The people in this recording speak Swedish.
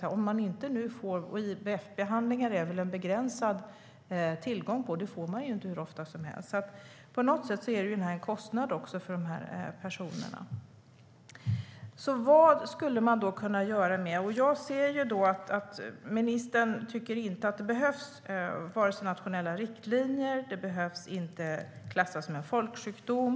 IVF-behandlingar är det begränsad tillgång till; det får man inte hur ofta som helst. Det blir alltså en kostnad för de här personerna. Vad skulle man då kunna göra? Ministern tycker inte att det vare sig behövs nationella riktlinjer eller att sjukdomen ska klassas som en folksjukdom.